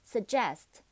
Suggest